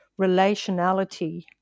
relationality